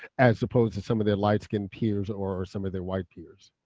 as opposed to some of their light skinned peers or some of their white peers.